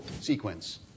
sequence